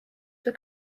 were